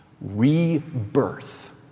rebirth